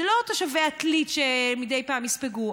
זה לא תושבי עתלית שמדי פעם יספגו.